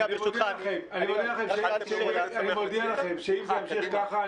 אני מודיע לכם שאם זה ימשיך ככה,